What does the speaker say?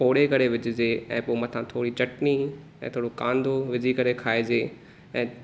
तोड़े करे विझिजे ऐं पोइ मथां थोरी चटणी ऐं थोड़ो कांदो विझी करे खाइजे ऐं